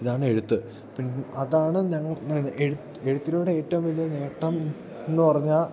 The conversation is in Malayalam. ഇതാണ് എഴുത്ത് പിൻ അതാണ് ഞങ്ങൾ എഴുത്തിലൂടെ ഏറ്റവും വലിയ നേട്ടം എന്നു പറഞ്ഞാൽ